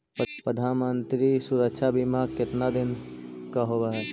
प्रधानमंत्री मंत्री सुरक्षा बिमा कितना दिन का होबय है?